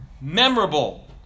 memorable